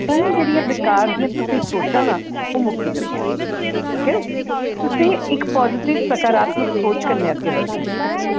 एह् जेह्ड़ियां बेकार दियां तुसें सोचां ना ओह् मुक्की जंदियां न ठीक ऐ तुसें इक पाजटिव सकारात्मक सोच कन्नै अग्गें बधना ऐ